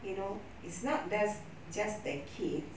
you know it's not there's just the kids